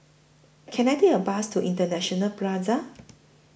Can I Take A Bus to International Plaza